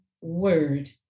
word